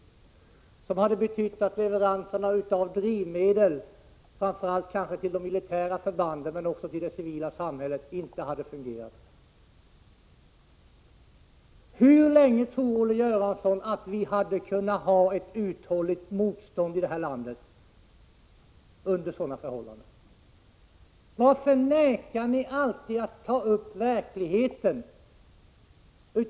Vidare hade det betytt att leveranserna av drivmedel, kanske framför allt till de militära förbanden men också till det civila samhället, inte hade fungerat. Hur länge hade vi under sådana förhållanden kunnat göra motstånd i det här landet, Olle Göransson? Varför vägrar ni alltid att diskutera verkligheten?